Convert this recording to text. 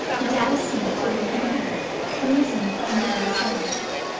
and i ceased to waken at night and listen for untoward signs.